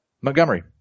Montgomery